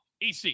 EC